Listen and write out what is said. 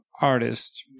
artist